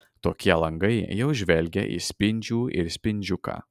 tokie langai jau žvelgia į spindžių ir spindžiuką